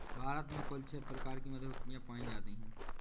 भारत में कुल छः प्रकार की मधुमक्खियां पायी जातीं है